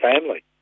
family